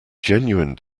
genuine